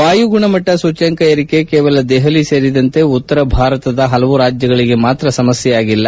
ವಾಯು ಗುಣಮಟ್ಟ ಸೂಚ್ಚಂಕ ಏರಿಕೆ ಕೇವಲ ದೆಹಲಿ ಸೇರಿದಂತೆ ಉತ್ತರ ಭಾರತದ ಹಲವು ರಾಜ್ಯಗಳಿಗೆ ಮಾತ್ರ ಸಮಸ್ನೆಯಾಗಿಲ್ಲ